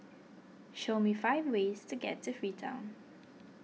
show me five ways to get to Freetown